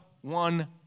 one